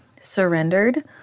surrendered